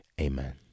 Amen